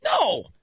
No